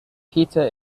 pizza